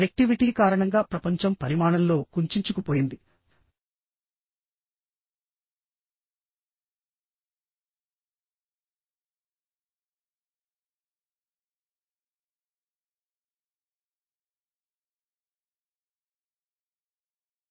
connectivity కారణంగా ప్రపంచం పరిమాణంలో కుంచించుకుపోయింది కానీ అప్పుడు మానవ కమ్యూనికేషన్ యొక్క సంక్లిష్టత పెరుగుతోంది